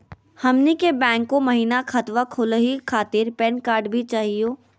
हमनी के बैंको महिना खतवा खोलही खातीर पैन कार्ड भी चाहियो?